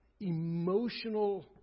emotional